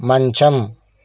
మంచం